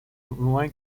loin